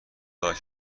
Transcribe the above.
داد